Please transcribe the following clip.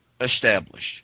established